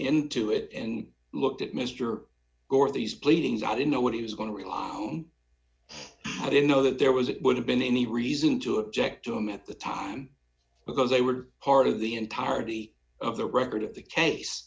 into it and looked at mr gore these pleadings i didn't know what he was going to rely on i didn't know that there was it would have been any reason to object to him at the time because they were part of the entirety of the record of the case